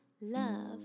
love